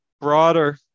broader